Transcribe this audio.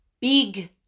big